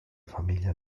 famiglia